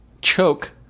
choke